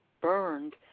burned